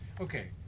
Okay